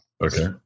Okay